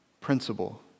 principle